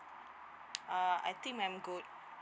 uh I think I'm good